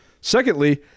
Secondly